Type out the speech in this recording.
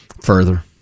Further